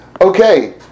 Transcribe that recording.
okay